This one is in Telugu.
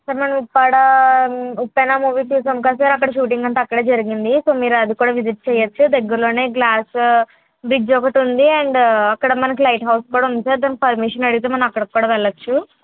సార్ మనం ఉప్పాడ ఉప్పెన మూవీ చూసాం కదా సార్ అక్కడ షూటింగ్ అంతా అక్కడే జరిగింది సో మీరు అది కూడా విజిట్ చేయొచ్చు దగ్గర్లోనే గ్లాస్ బ్రిడ్జి ఒకటి ఉంది అండ్ అక్కడ మనకు లైట్ హౌస్ కూడా ఉంది సార్ దానికి పర్మిషన్ అడిగితే మనం అక్కడికి కూడా వెళ్లొచ్చు